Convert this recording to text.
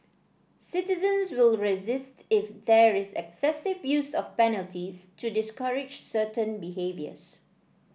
citizens will resist if there is excessive use of penalties to discourage certain behaviours